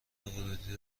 ورودی